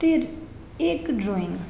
તે એક ડ્રોઈંગ